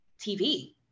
TV